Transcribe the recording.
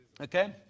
Okay